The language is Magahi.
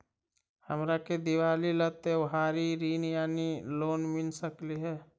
हमरा के दिवाली ला त्योहारी ऋण यानी लोन मिल सकली हे?